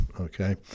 okay